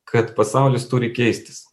kad pasaulis turi keistis